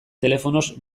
telefonoz